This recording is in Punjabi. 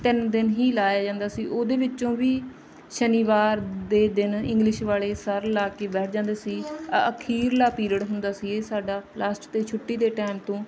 ਤਿੰਨ ਦਿਨ ਹੀ ਲਗਾਇਆ ਜਾਂਦਾ ਸੀ ਉਹਦੇ ਵਿੱਚੋਂ ਵੀ ਸ਼ਨੀਵਾਰ ਦੇ ਦਿਨ ਇੰਗਲਿਸ਼ ਵਾਲੇ ਸਰ ਲਗਾ ਕੇ ਬੈਠ ਜਾਂਦੇ ਸੀ ਅ ਅਖੀਰਲਾ ਪੀਰੀਅਡ ਹੁੰਦਾ ਸੀ ਇਹ ਸਾਡਾ ਲਾਸਟ 'ਤੇ ਛੁੱਟੀ ਦੇ ਟਾਈਮ ਤੋਂ